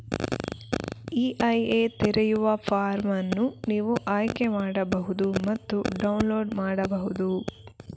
EIA ತೆರೆಯುವ form ಅನ್ನು ನೀವು ಆಯ್ಕೆ ಮಾಡಬಹುದು ಮತ್ತು ಡೌನ್ಲೋಡ್ ಮಾಡಬಹುದು